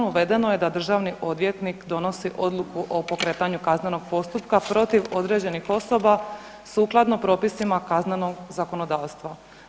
Uvedeno je da državni odvjetnik donosi odluku o pokretanju kaznenog postupka protiv određenih osoba sukladno propisima kaznenog zakonodavstva.